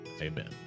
amen